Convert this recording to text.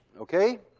okay?